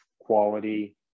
quality